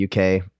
UK